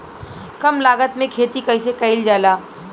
कम लागत में खेती कइसे कइल जाला?